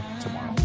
tomorrow